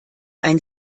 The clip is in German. ein